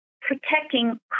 protecting